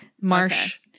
Marsh